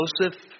Joseph